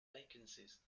vacancies